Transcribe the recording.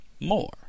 more